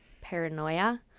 Paranoia